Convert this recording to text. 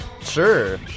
Sure